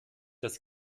dass